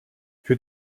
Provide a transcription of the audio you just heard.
für